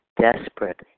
desperate